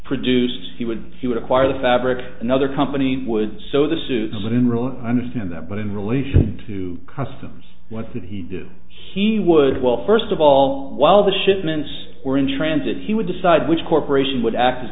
produce he would he would acquire the fabric another company would so the suit in real understand that but in relation to customs what did he do he would well first of all while the shipments were in transit he would decide which corporation would act as